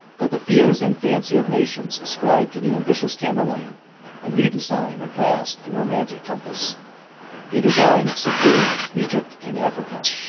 but the fears and fancy of nations ascribed to the ambitious tamerlane a new design of vast and romantic compass a design of subduing egypt and africa,